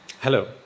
Hello